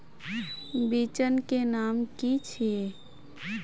बिचन के नाम की छिये?